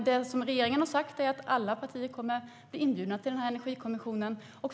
Regeringen har sagt att alla partier kommer att bli inbjudna till denna energikommission.